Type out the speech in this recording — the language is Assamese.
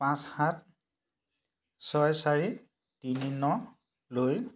পাঁচ সাত ছয় চাৰি তিনি নলৈ